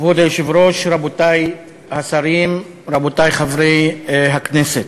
כבוד היושב-ראש, רבותי השרים, רבותי חברי הכנסת,